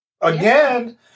again